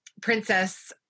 princess-